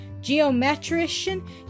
geometrician